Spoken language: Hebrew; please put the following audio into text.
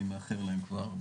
אני מאחר להם כבר.